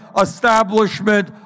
establishment